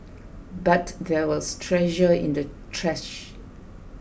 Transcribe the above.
but there was treasure in the trash